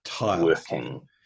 working